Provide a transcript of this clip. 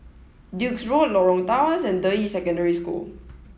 Duke's Road Lorong Tawas and Deyi Secondary School